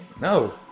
No